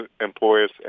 employers